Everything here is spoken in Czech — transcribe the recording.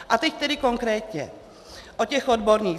A teď tedy konkrétně o těch odbornících.